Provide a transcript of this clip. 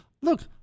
Look